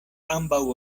ambaŭ